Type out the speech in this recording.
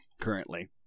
Currently